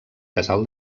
casal